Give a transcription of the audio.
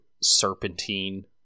serpentine